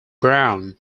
brown